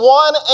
one